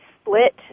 split